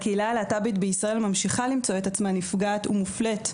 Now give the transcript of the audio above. הקהילה הלהט"בית בישראל ממשיכה למצוא את עצמה נפגעת ומופלית,